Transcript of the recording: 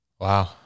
Wow